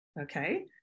okay